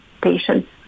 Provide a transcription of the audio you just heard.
patients